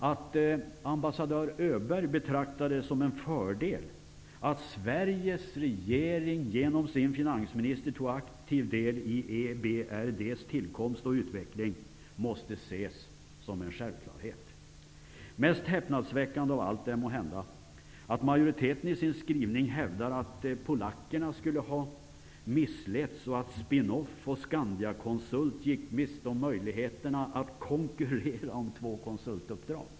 Att ambassadör Öberg betraktade det som en fördel att Sveriges regering genom sin finansminister tog aktiv del i EBRD:s tillkomst och utveckling måste ses som en självklarhet. Mest häpnadsväckande av allt är måhända att majoriteten i sin skrivning hävdar att polackerna skulle ha missletts och att Spin-Off och Scandiaconsult gick miste om möjligheterna att konkurrera om två konsultuppdrag.